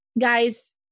guys